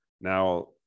now